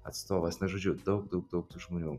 atstovas na žodžiu daug daug daug tų žmonių